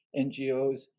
NGOs